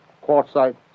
quartzite